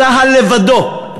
צה"ל לבדו,